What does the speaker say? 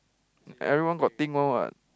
everyone got thing one [what]